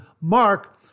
Mark